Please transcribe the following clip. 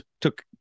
Took